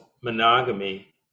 monogamy